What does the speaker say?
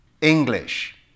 English